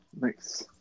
Nice